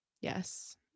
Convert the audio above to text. Yes